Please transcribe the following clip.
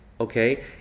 okay